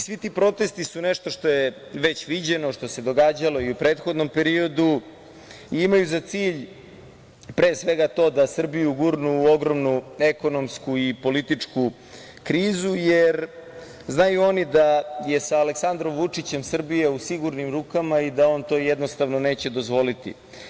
Svi ti protesti su nešto što je već viđeno, što se događalo i u prethodnom periodu i imaju za cilj da Srbiju gurnu u ogromnu ekonomsku i političku krizu, jer znaju oni da je sa Aleksandrom Vučićem Srbija u sigurnim rukama i da on to jednostavno neće dozvoliti.